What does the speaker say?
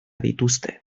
dituzte